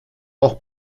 auch